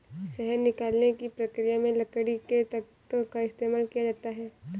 शहद निकालने की प्रक्रिया में लकड़ी के तख्तों का इस्तेमाल किया जाता है